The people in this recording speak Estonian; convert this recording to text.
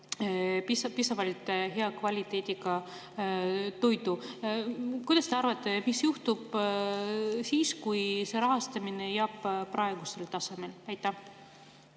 piisavalt hea kvaliteediga toitu. Mis te arvate, mis juhtub siis, kui rahastamine jääb praegusele tasemele? Ma